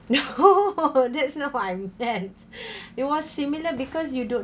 no that's not what I'm meant it was similar because you don't